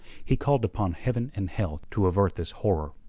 he called upon heaven and hell to avert this horror,